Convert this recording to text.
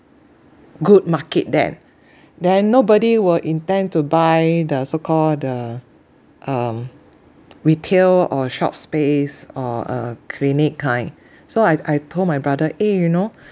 good market then then nobody will intend to buy the so call the um retail or shop space or a clinic kind so I I told my brother eh you know